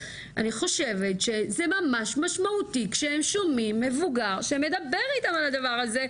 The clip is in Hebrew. אני חושבת שזה ממש משמעותי כשהם שומעים מבוגר שמדבר איתם על הדבר הזה,